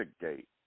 gate